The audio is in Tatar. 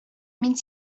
мин